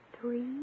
three